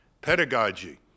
pedagogy